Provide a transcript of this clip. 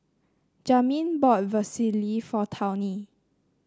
Jamin bought Vermicelli for Tawny